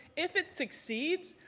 if it succeeds,